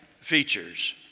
features